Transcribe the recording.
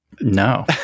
no